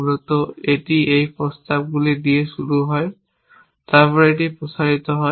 মূলত এটি এই প্রস্তাবগুলি দিয়ে শুরু হয় তারপর এটি প্রসারিত হয়